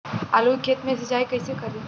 आलू के खेत मे सिचाई कइसे करीं?